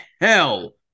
hell